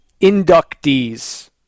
inductees